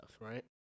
right